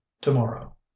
to-morrow